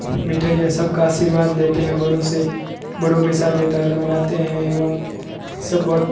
मिठाईयां सब का आशीर्वाद लेते हैं बड़ों से बड़ों के साथ ये त्योहार मानते हैं एवं सब बहुत